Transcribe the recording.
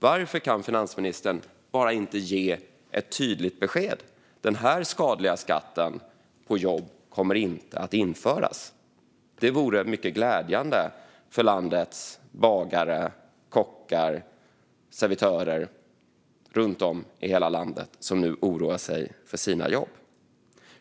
Varför kan finansministern inte bara ge ett tydligt besked om att den här skadliga skatten på jobb inte kommer att införas? Det vore mycket glädjande för alla bagare, kockar och servitörer runt om i hela landet som nu oroar sig för sina jobb.